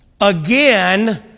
again